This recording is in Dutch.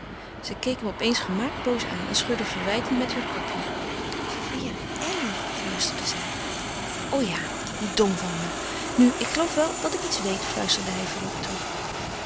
keek hem opeens gemaakt boos aan en schudde verwijtend met heur kopje alweêr elly fluisterde zij o ja hoe dom van me nu ik geloof wel dat ik iets weet fluisterde hij verrukt terug